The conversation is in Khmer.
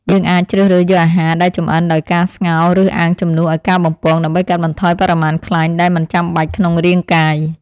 យើងអាចជ្រើសរើសយកអាហារដែលចម្អិនដោយការស្ងោរឬអាំងជំនួសឲ្យការបំពងដើម្បីកាត់បន្ថយបរិមាណខ្លាញ់ដែលមិនចាំបាច់ក្នុងរាងកាយ។